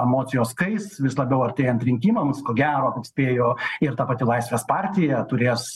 emocijos kais vis labiau artėjant rinkimams ko gero spėjo ir ta pati laisvės partija turės